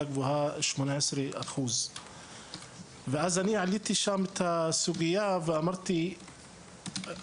גבוהה הוא 18%. אני העליתי שם את הסוגיה ואמרתי שהמספר